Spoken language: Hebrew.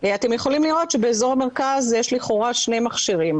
אתם יכולים לראות שבאזור המרכז יש לכאורה שני מכשירים,